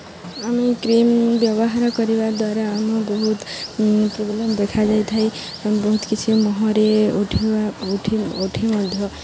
ଆମେ କ୍ରିମ୍ ବ୍ୟବହାର କରିବା ଦ୍ୱାରା ଆମ ବହୁତ ପ୍ରୋବ୍ଲେମ୍ ଦେଖାଯାଇଥାଏ ବହୁତ କିଛି ମୁହଁରେ ଉଠିବା ଉଠେ ଉଠେ ମଧ୍ୟ